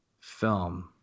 film